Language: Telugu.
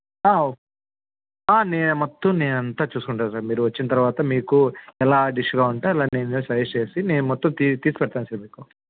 నేను మొత్తం నేను అంతా చూసుకుంటాను సార్ మీరు వచ్చిన తరువాత మీకు ఎలా డిష్గా ఉంటే అలా నేను సజెస్ట్ చేసి నేను మొత్తం తీ తీసి పెడతాను సార్ మీకు